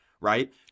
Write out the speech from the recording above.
Right